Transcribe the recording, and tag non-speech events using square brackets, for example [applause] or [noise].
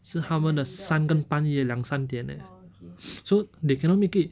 是他们的三根半夜两三点 eh [noise] so they cannot make it